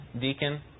deacon